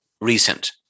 recent